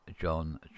john